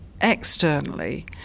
externally